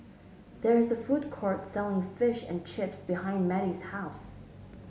there is a food court selling Fish and Chips behind Mettie's house